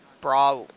bra